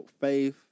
faith